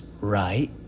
right